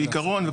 בעיקרון,